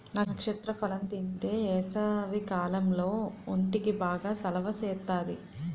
నక్షత్ర ఫలం తింతే ఏసవికాలంలో ఒంటికి బాగా సలవ సేత్తాది